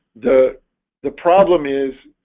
the the problem is